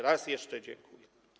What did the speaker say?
Raz jeszcze dziękuję.